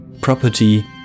property